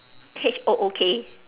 H O O K